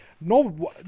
no